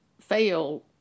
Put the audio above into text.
fail